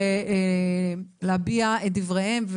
להביע את עמדותיהם.